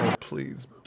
please